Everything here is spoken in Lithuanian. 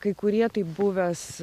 kai kurie tai buvęs